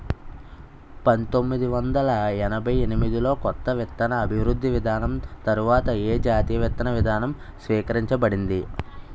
పంతోమ్మిది వందల ఎనభై ఎనిమిది లో కొత్త విత్తన అభివృద్ధి విధానం తర్వాత ఏ జాతీయ విత్తన విధానం స్వీకరించబడింది?